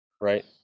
right